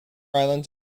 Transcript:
islands